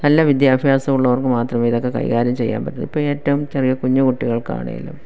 നല്ല വിദ്യാഭ്യാസം ഉള്ളവർക്ക് മാത്രമേ ഇതൊക്കെ കൈകാര്യം ചെയ്യാൻ പറ്റത്തുള്ളു ഇപ്പോൾ ഏറ്റവും ചെറിയ കുഞ്ഞു കുട്ടികൾക്കാണെലും